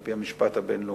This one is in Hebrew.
על-פי המשפט הבין-לאומי.